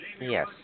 Yes